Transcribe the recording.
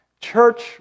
Church